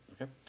okay